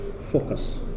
focus